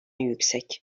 yüksek